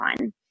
on